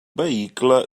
vehicle